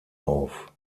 auf